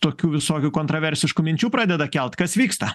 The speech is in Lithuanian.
tokių visokių kontroversiškų minčių pradeda kelt kas vyksta